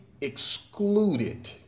excluded